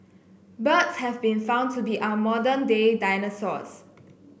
birds have been found to be our modern day dinosaurs